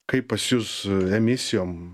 kaip pas jus emisijom